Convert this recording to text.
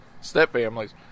step-families